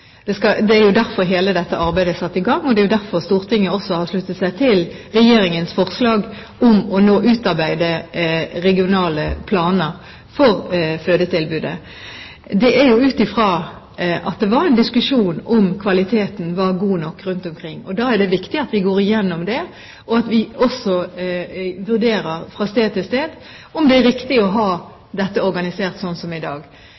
Det er jo derfor hele dette arbeidet er satt i gang. Stortinget har også sluttet seg til Regjeringens forslag om å utarbeide regionale planer for fødetilbudet, ut fra at det var en diskusjon om hvorvidt kvaliteten var god nok rundt omkring. Da er det viktig at vi går igjennom det, og at vi også vurderer fra sted til sted om det er riktig å ha dette organisert slik som i dag.